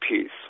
peace